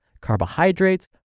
carbohydrates